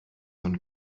und